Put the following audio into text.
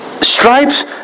Stripes